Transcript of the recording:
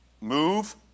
move